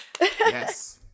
Yes